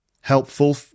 helpful